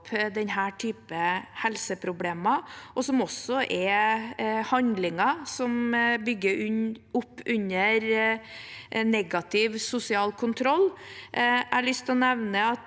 denne typen helseproblemer, som også er handlinger som bygger opp under negativ sosial kontroll. Jeg har lyst til å nevne at